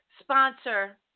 sponsor